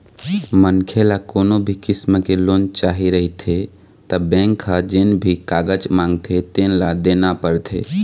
मनखे ल कोनो भी किसम के लोन चाही रहिथे त बेंक ह जेन भी कागज मांगथे तेन ल देना परथे